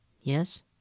Yes